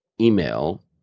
email